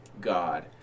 god